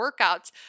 workouts